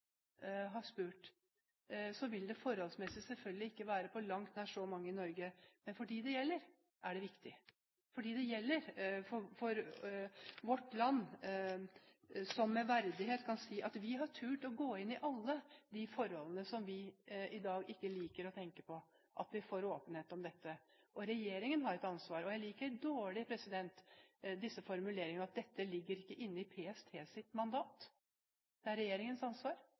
så mange som en halv million mennesker i Tyskland har spurt, vil det forholdsvis selvfølgelig ikke være på langt nær så mange i Norge. Men for dem det gjelder, er det viktig. Når vi får åpenhet om dette, kan vårt land med verdighet si at vi har turt å gå inn i alle de forholdene som vi i dag ikke liker å tenke på. Regjeringen har et ansvar, og jeg liker dårlig formuleringen: Dette ligger ikke inne i PSTs mandat. Det er regjeringens ansvar